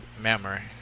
memory